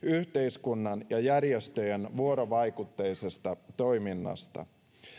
yhteiskunnan ja järjestöjen vuorovaikutteisesta toiminnasta